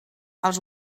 als